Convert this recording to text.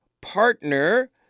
partner